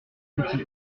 boutiques